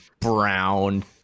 brown